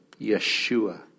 yeshua